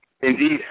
Indeed